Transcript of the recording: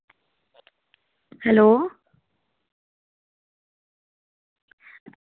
hello